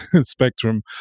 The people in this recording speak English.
spectrum